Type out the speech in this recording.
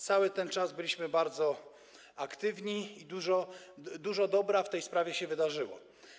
Cały ten czas byliśmy bardzo aktywni i dużo dobrego w tej sprawie się wydarzyło.